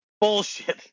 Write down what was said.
bullshit